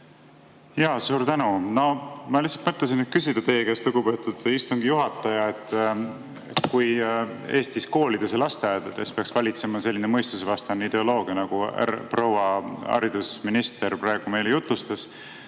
Jaa, suur tänu! Ma lihtsalt mõtlesin küsida teie käest, lugupeetud istungi juhataja, et kui Eestis koolides ja lasteaedades peaks valitsema selline mõistusevastane ideoloogia, nagu proua haridusminister praegu meile jutlustas,